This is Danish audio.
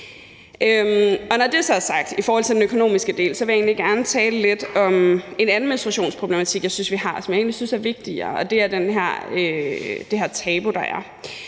Når det så er sagt i forhold til den økonomiske del, vil jeg egentlig gerne tale lidt om en anden menstruationsproblematik, jeg synes vi har, og som jeg egentlig synes er